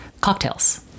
cocktails